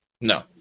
No